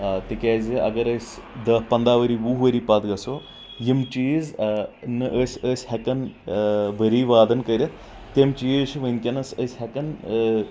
تِکیٛازِ اگر أسۍ دہ پنٛدہ ؤری وُہ ؤری پتھ گژھو یِم چیٖز نہٕ أسۍ ٲسۍ ہٮ۪کان ؤری وادن کٔرتھ تِم چیٖز چھِ ؤنکیٚنس أسۍ ہٮ۪کان